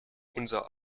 unser